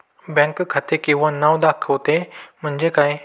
Bank खाते किंवा नाव दाखवते म्हणजे काय?